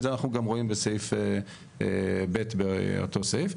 את זה אנחנו גם רואים בסעיף ב' באותו סעיף.